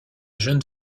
jeune